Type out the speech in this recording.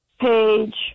page